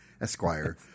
Esquire